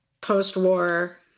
Post-war